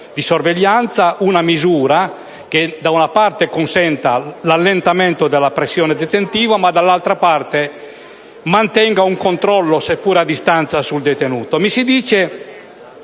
di sorveglianza una misura che da una parte consenta l'allentamento della pressione detentiva ma, dall'altra, mantenga un controllo, seppure a distanza, sul detenuto. Mi si dice